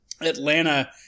Atlanta